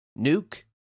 Nuke